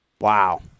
Wow